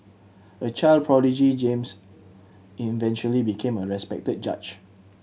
a child prodigy James eventually became a respected judge